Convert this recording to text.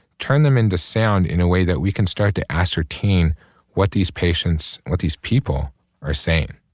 turn them into sound in a way that we can start to ascertain what these patients, what these people are saying?